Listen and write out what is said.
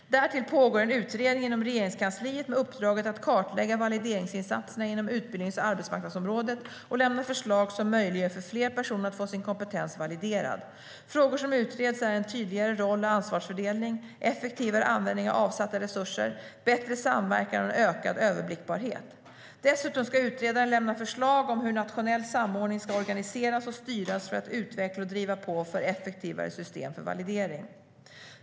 Därtill pågår en utredning inom Regeringskansliet med uppdraget att kartlägga valideringsinsatserna inom utbildnings och arbetsmarknadsområdet och lämna förslag som möjliggör för fler personer att få sin kompetens validerad. Frågor som utreds är en tydligare roll och ansvarsfördelning, effektivare användning av avsatta resurser, bättre samverkan och en ökad överblickbarhet. Dessutom ska utredaren lämna förslag om hur nationell samordning ska organiseras och styras för att utveckla och driva på för effektivare system för validering.